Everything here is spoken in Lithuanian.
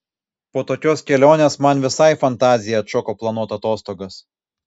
po tokios kelionės man visai fantazija atšoko planuot atostogas